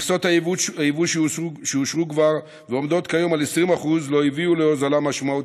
מכסות הייבוא שכבר אושרו ועומדות כיום על 20% לא הביאו להוזלה משמעותית,